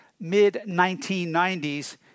mid-1990s